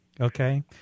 okay